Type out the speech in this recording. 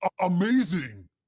amazing